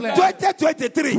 2023